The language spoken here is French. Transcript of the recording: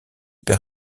perd